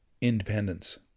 independence